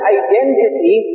identity